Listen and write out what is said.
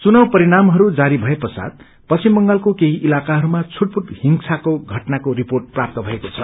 चुनाव परिणामहरू जारी भए पश्चात पश्चिम बंगालको केही इलाकाहरूमा छूटपूट हिंसाको घटना भएको रिर्पोट प्राप्त भएको छ